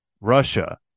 Russia